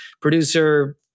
producer